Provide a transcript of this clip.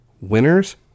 winners